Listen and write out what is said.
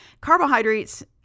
carbohydrates